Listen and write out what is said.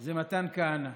זה מתן כהנא.